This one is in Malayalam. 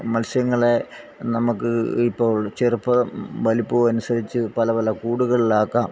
മത്സ്യങ്ങളെ നമ്മൾക്ക് ഇപ്പോൾ ചെറുപ്പം വലുപ്പവും അനുസരിച്ച് പല പല കൂടുകളിൽ ആക്കാം